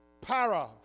Para